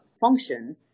function